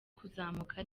kuzamuka